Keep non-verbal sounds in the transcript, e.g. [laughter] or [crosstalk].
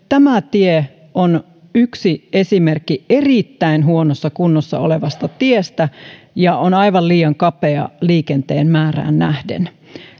tämä tie on yksi esimerkki erittäin huonossa kunnossa olevasta tiestä [unintelligible] [unintelligible] ja on aivan liian kapea liikenteen määrään nähden